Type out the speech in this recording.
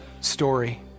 story